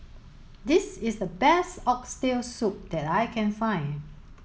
this is the best oxtail soup that I can find